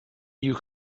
you